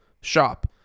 shop